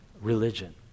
religion